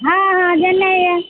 हँ हँ जेनाइ यऽ